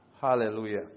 Hallelujah